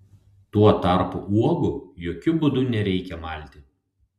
tuo tarpu uogų jokiu būdu nereikia malti